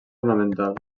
ornamental